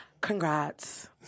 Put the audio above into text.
congrats